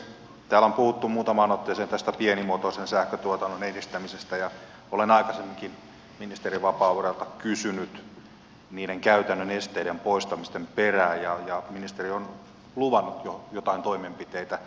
täällä on puhuttu muutamaan otteeseen tästä pienimuotoisen sähköntuotannon edistämisestä ja olen aikaisemminkin ministeri vapaavuorelta kysynyt niiden käytännön esteiden poistamisten perään ja ministeri on luvannut jo joitain toimenpiteitä